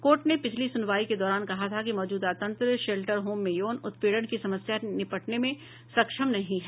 court ने पिछली सुनवाई के दौरान कहा था कि मौजूदा तंत्र शेल्टर होम में यौन उत्पीड़न की समस्या से निपटने में सक्षम नहीं है